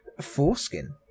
Foreskin